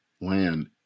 land